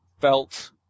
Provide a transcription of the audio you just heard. felt